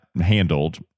handled